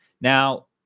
Now